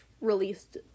released